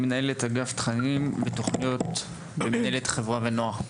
מנהלת אגף תכנים ותוכניות במנהלת חברה ונוער.